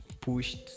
pushed